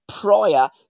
prior